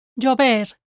Llover